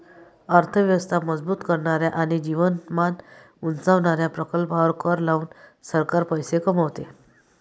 अर्थ व्यवस्था मजबूत करणाऱ्या आणि जीवनमान उंचावणाऱ्या प्रकल्पांवर कर लावून सरकार पैसे कमवते